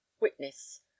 Witness